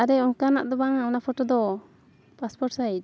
ᱟᱨᱮ ᱚᱱᱠᱟᱱᱟᱜ ᱫᱚ ᱵᱟᱝᱼᱟ ᱚᱱᱟ ᱯᱷᱳᱴᱳ ᱫᱚ ᱯᱟᱥᱯᱳᱨᱴ ᱥᱟᱭᱤᱡᱽ